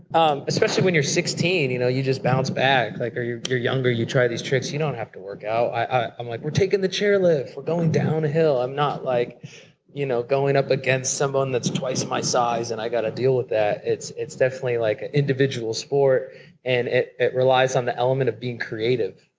um especially when you're sixteen, you know, you just bounce back. like or when you're younger you try these tricks, you don't have to work out. i'm like, we're taking the chair lift, we're going down a hill. i'm not like you know going up against someone that's twice my size and i got to deal with that. it's it's definitely like an individual sport and it it relies on the element of being creative.